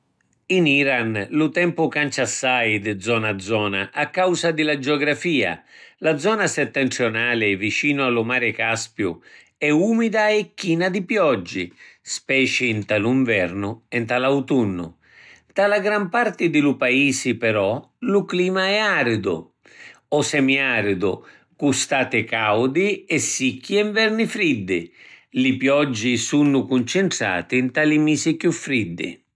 In Iran lu tempu cancia assai di zona a zona a causa di la giografia. La zona settentrionali, vicino a lu Mari Caspiu, è umida e china di pioggi, speci nta lu nvernu e nta l’autunnu. Nta la gran parti di lu Paisi però lu clima è aridu o semiaridu, cu stati caudi e sicchi e nverni friddi. Li pioggi sunnu cuncintrati nta li misi chiù friddi.